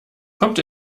kommt